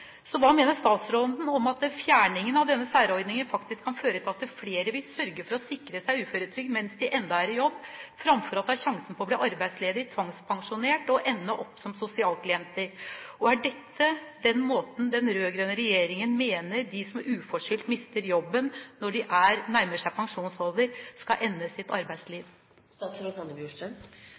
Hva mener statsråden om at fjerningen av denne særordningen faktisk kan føre til at flere vil sørge for å sikre seg uføretrygd mens de enda er i jobb, framfor å ta sjansen på å bli arbeidsledig, tvangspensjonert og ende opp som sosialklienter? Er dette den måten den rød-grønne regjeringen mener at de som uforskyldt mister jobben når de nærmer seg pensjonsalderen, skal ende sitt arbeidsliv